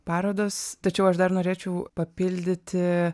parodos tačiau aš dar norėčiau papildyti